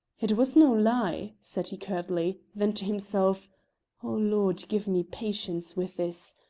it was no lie, said he curtly then to himself oh, lord, give me patience with this!